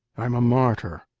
i'm a martyr.